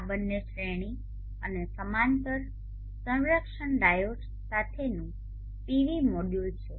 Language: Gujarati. આ બંને શ્રેણી અને સમાંતર સંરક્ષણ ડાયોડ્સ સાથેનું PV મોડ્યુલ છે